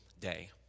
day